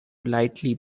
lightly